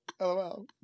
LOL